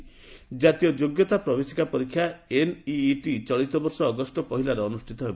NEET ଜାତୀୟ ଯୋଗ୍ୟତା ପ୍ରବେଶିକା ପରୀକ୍ଷା ଏନଇଇଟି ଚଳିତବର୍ଷ ଅଗଷ୍ଟ ପହିଲାରେ ଅନୁଷ୍ଠିତ ହେବ